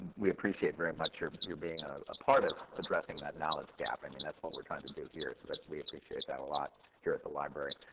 we appreciate very much your your being ah a part of addressing that knowledge gap. i mean that's what we're trying to do here. so we appreciate that a lot here at the library.